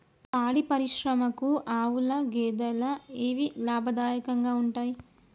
పాడి పరిశ్రమకు ఆవుల, గేదెల ఏవి లాభదాయకంగా ఉంటయ్?